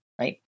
right